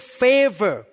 favor